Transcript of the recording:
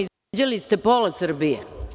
Izvređali ste pola Srbije.